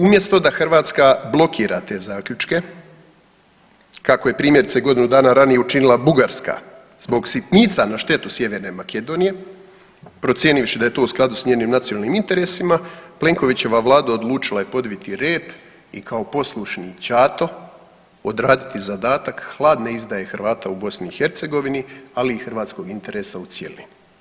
Umjesto da Hrvatska blokira te zaključke, kako je primjerice godinu dana ranije učinila Bugarska zbog sitnica na štetu Sjeverne Makedonije, procijenivši da je to u skladu s njenim nacionalnim interesima, Plenkovićeva vlada odlučila je podviti rep i kao poslušni ćato odraditi zadatak hladne izdaje Hrvata u BiH, ali i hrvatskog interesa u cjelini.